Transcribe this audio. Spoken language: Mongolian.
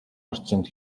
орчинд